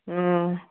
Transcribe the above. ꯑꯣ